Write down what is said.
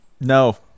No